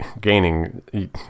gaining